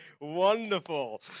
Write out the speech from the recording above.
Wonderful